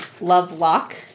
Lovelock